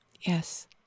Yes